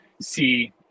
see